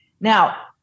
Now